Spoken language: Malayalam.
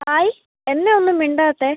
ഹായ് എന്നാ ഒന്നും മിണ്ടാത്തത്